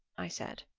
i said.